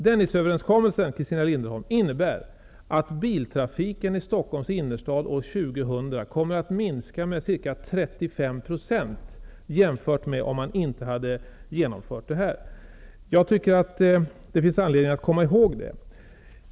Dennisöverenskommelsen, Stockholms innerstad år 2000 kommer att minska med ca 35 % jämfört med om man inte hade genomfört detta. Jag tycker att det finns anledning att komma ihåg det.